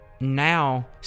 now